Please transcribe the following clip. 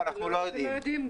ואנחנו לא יודעים.